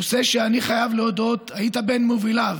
נושא שאני חייב להודות שהיית בין מוביליו,